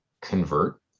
convert